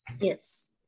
Yes